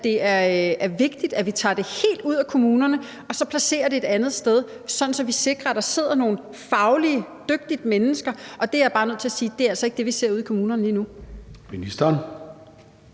det er vigtigt, at vi tager det helt ud af kommunerne og så placerer det et andet sted, sådan at vi sikrer, at der sidder nogle fagligt dygtige mennesker. Og jeg er bare nødt til at sige, at det altså ikke er det, vi ser ude i kommunerne lige nu.